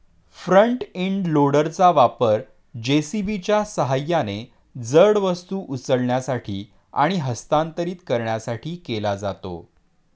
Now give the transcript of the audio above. front end लोडरचा वापर जे.सी.बीच्या सहाय्याने जड वस्तू उचलण्यासाठी आणि हस्तांतरित करण्यासाठी केला जातो